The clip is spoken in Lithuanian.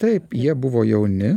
taip jie buvo jauni